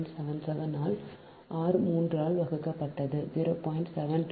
177 ஆர் 3 ஆல் வகுக்கப்பட்டது 0